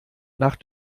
nach